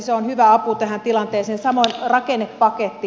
se on hyvä apu tähän tilanteeseen samoin rakennepaketti